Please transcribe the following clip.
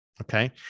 Okay